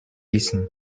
wissen